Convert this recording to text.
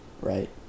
Right